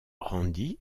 randy